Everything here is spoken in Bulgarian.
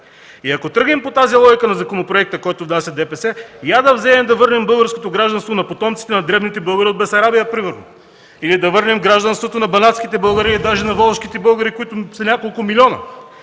Ако тръгнем по тази логика на законопроекта, който внася ДПС, я да вземем да върнем българското гражданство на потомците на древните българи от Бесарабия примерно или да върнем гражданството на банатските българи, даже и на волжките българи, които са няколко милиона!